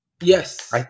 Yes